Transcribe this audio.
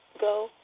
go